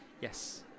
Yes